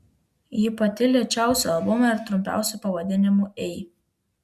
ji pati lėčiausia albume ir trumpiausiu pavadinimu ei